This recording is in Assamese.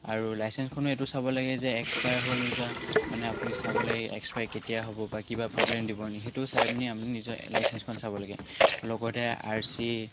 আৰু লাইচেন্সখনো এইটো চাব লাগে যে এক্সপায়াৰ হৈ নোযোৱা মানে আপুনি চাব লাগে এক্সপায়াৰ কেতিয়া হ'ব বা কিবা প্ৰব্লেম দিব নেকি সেইটো চাই পিনি আপুনি নিজৰ লাইচেন্সখন চাব লাগে লগতে আৰ চি